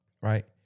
right